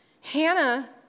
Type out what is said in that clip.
Hannah